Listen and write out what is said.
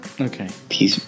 okay